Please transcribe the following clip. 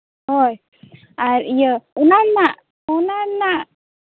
ᱦᱳᱭ ᱟᱨ ᱤᱭᱟᱹ ᱚᱱᱟ ᱨᱮᱱᱟᱜ ᱚᱱᱟ ᱨᱮᱱᱟᱜ